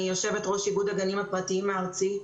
אני יושבת-ראש ארגון הגנים הפרטיים הארצי.